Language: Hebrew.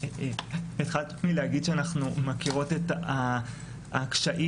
התחלת מלהגיד שאנחנו מכירות את הקשיים